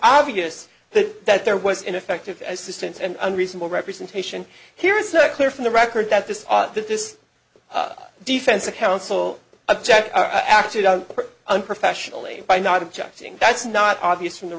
obvious that there was ineffective assistance and unreasonable representation here it's not clear from the record that this that this defense counsel object acted unprofessionally by not objecting that's not obvious from the